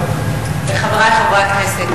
חברי חברי הכנסת,